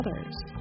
others